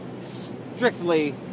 strictly